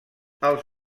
els